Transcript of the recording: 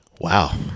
Wow